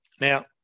now